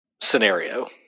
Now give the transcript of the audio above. scenario